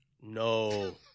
No